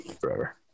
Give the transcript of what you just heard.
forever